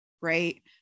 right